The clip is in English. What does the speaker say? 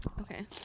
Okay